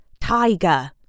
Tiger